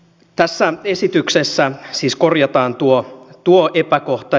tässä esityksessä siis korjataan tuo epäkohta